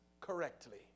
correctly